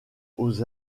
aux